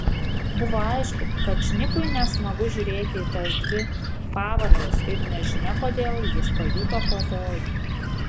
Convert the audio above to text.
buvo aišku kad šnipui nesmagu žiūrėti į tas dvi pavardes ir nežinia kodėl jis pajuto pavojų